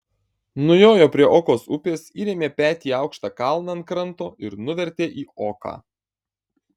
nujojo prie okos upės įrėmė petį į aukštą kalną ant kranto ir nuvertė į oką